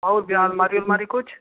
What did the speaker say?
और भैया अलमारी उलमारी कुछ